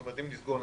אם נסגור,